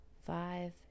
five